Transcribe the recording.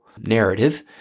narrative